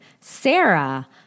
Sarah